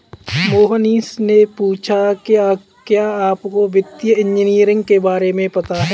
मोहनीश ने पूछा कि क्या आपको वित्तीय इंजीनियरिंग के बारे में पता है?